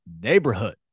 neighborhood